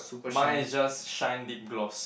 mine is just shine lip gloss